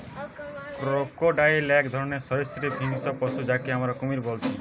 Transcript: crocodile এক ধরণের সরীসৃপ হিংস্র পশু যাকে আমরা কুমির বলছি